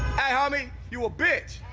hey homie, you a bitch.